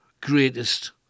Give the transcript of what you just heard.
greatest